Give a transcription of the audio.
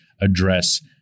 address